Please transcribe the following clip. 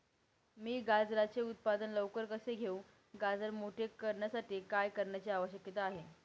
मी गाजराचे उत्पादन लवकर कसे घेऊ? गाजर मोठे करण्यासाठी काय करण्याची आवश्यकता आहे?